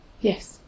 Yes